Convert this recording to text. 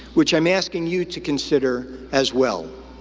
which i'm asking you to consider as well.